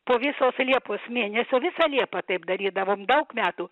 po visos liepos mėnesio visą liepą taip darydavom daug metų